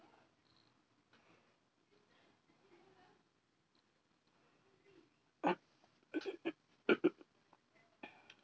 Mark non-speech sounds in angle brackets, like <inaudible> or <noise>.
<noise>